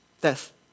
death